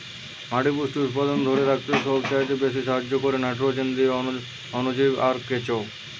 মাটির পুষ্টি উপাদানকে ধোরে রাখতে সবচাইতে বেশী সাহায্য কোরে নাইট্রোজেন দিয়ে অণুজীব আর কেঁচো